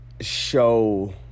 Show